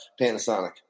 Panasonic